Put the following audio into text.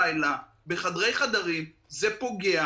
לגבי